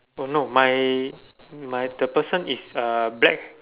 oh no my my the person is uh black